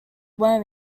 worm